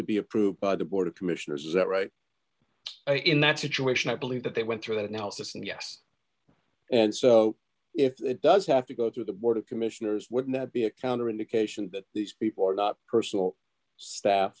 to be approved by the board of commissioners is that right in that situation i believe that they went through that analysis and yes and so if it does have to go through the board of commissioners would that be a counter indication that these people are not personal staff